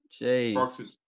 Jeez